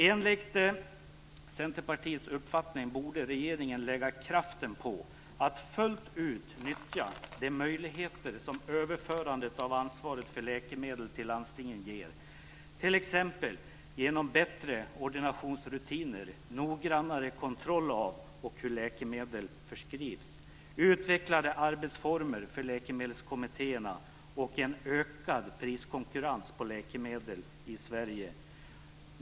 Enligt Centerpartiets uppfattning borde regeringen lägga kraften på att fullt ut nyttja de möjligheter som överförandet av ansvaret för läkemedel till landstingen ger, t.ex. genom bättre ordinationsrutiner, noggrannare kontroll av hur läkemedel förskrivs, utvecklade arbetsformer för läkemedelskommittéerna och en ökad priskonkurrens på läkemedel i Sverige.